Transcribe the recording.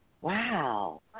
Wow